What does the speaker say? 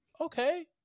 okay